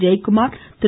Jayakumar Thiru